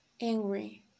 angry